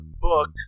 book